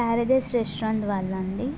Paradise restaurant వాళ్ళ అండి